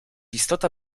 istota